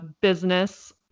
business